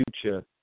future